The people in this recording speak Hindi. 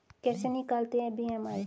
कैसे निकालते हैं बी.एम.आई?